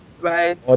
right